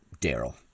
Daryl